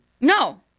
No